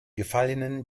gefallenen